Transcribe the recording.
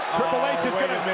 triple h is gonna